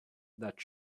that